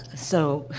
so,